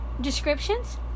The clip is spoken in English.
descriptions